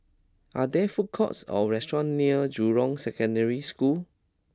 are there food courts or restaurants near Jurong Secondary School